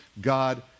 God